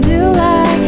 July